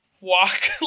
walk